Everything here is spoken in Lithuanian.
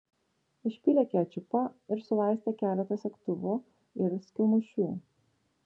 išpylė kečupą ir sulaistė keletą segtuvų ir skylmušių